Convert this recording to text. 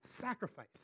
sacrifice